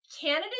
Canada